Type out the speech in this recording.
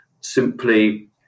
simply